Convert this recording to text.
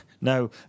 No